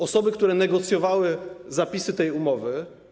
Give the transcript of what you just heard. Osoby, które negocjowały zapisy tej umowy.